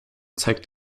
zeigt